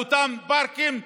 לאותם פארקים,